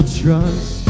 trust